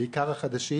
בעיקר החדשים.